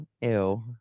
Ew